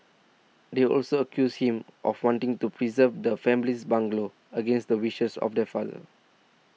they also accused him of wanting to preserve the family's bungalow against the wishes of their father